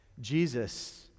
Jesus